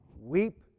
Weep